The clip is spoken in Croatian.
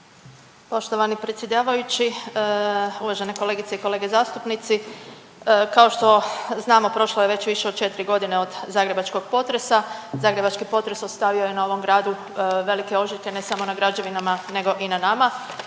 Poštovani predsjedavajući, uvažene kolegice i kolege zastupnici. Kao što znamo prošlo je već više od 4 godine od zagrebačkog potresa. Zagrebački potres ostavio je na ovom gradu velike ožiljke ne samo na građevinama, nego i na nama.